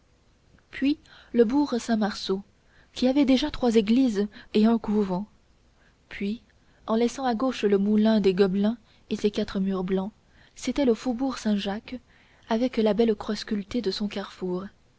puis le bourg saint-marceau qui avait déjà trois églises et un couvent puis en laissant à gauche le moulin des gobelins et ses quatre murs blancs c'était le faubourg saint-jacques avec la belle croix sculptée de son carrefour